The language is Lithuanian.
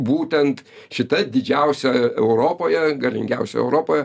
būtent šita didžiausia europoje galingiausia europoje